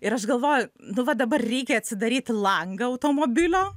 ir aš galvoju nu va dabar reikia atsidaryti langą automobilio